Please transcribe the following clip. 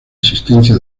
existencia